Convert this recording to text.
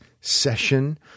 session